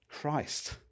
Christ